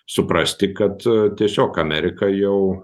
suprasti kad tiesiog amerika jau